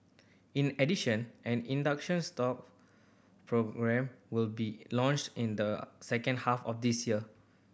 in addition an inductions stall programme will be launched in the second half of this year